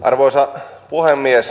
arvoisa puhemies